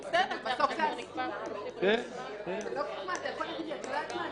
שאני לא רוצה לשלם את החובות